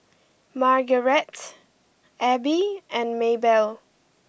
Margarete Abbey and Maebell